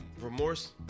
Remorse